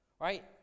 right